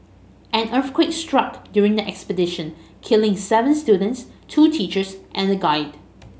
an earthquake struck during the expedition killing seven students two teachers and a guide